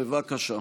בבקשה.